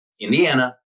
Indiana